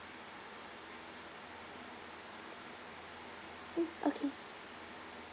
mm okay